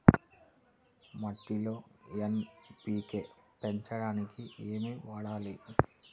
మట్టిలో ఎన్.పీ.కే పెంచడానికి ఏమి వాడాలి?